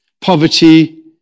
poverty